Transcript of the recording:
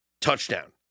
touchdown